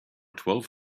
twelve